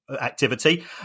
activity